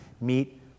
meet